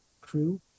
crew